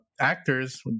actors